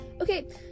Okay